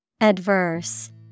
Adverse